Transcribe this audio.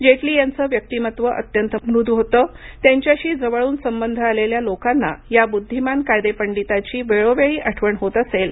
जेटली यांचं व्यक्तिमत्त्व अत्यंत मृदू होते त्यांच्याशी जवळून संबंध आलेल्या लोकांना या बुद्धिमान कायदेपंडिताची वेळोवेळी आठवण होत असेल